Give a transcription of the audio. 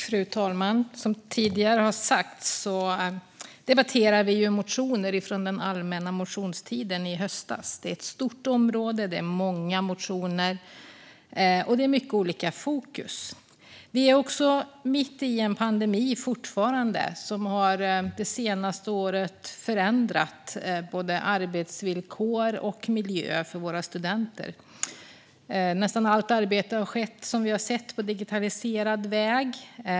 Fru talman! Som tidigare har sagts debatterar vi motioner från den allmänna motionstiden i höstas. Det är ett stort område, många motioner och mycket olika fokus. Vi är fortfarande mitt i en pandemi som det senaste året har förändrat arbetsvillkoren och miljön för våra studenter. Som vi har sett har nästan allt arbete skett på digitaliserad väg.